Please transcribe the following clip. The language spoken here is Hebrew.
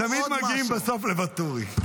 תמיד מגיעים בסוף לוואטורי.